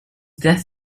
death